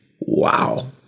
Wow